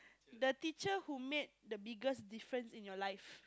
the teacher who made the biggest difference in your life